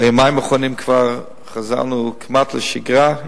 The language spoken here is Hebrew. ביומיים האחרונים כבר חזרנו כמעט לשגרה,